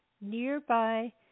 Nearby